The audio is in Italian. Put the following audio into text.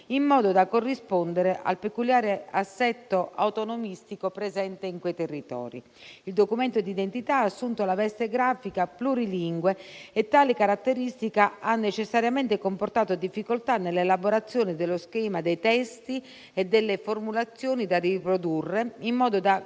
in modo da corrispondere al peculiare assetto autonomistico presente in quei territori. Il documento d'identità ha assunto la veste grafica plurilingue e tale caratteristica ha necessariamente comportato difficoltà nell'elaborazione dello schema dei testi e delle formulazioni da riprodurre in modo da